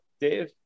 Dave